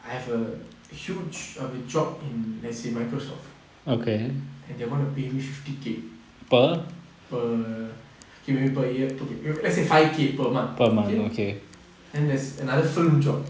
I have a huge of I mean job in let's say microsoft and they're going to be pay me fifty K per okay maybe per year okay let's say five K per month okay and there's another film job